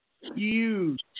huge